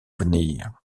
venir